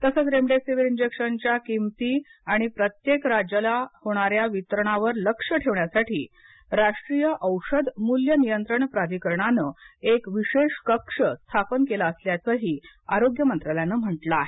तसंच रेमडेसिवीर इंजक्शनच्या किंमती आणि प्रत्येक राज्याला होणाऱ्या वितरणावर लक्ष ठेवण्यासाठी राष्ट्रीय औषध मूल्य नियंत्रण प्राधिकरणाने एक विशेष कक्ष स्थापन केला असल्याचं ही आरोग्य मंत्रालयाने म्हंटल आहे